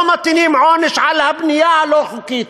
לא מטילים עונש על הבנייה הלא-חוקית.